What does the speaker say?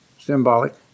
symbolic